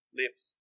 lips